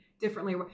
differently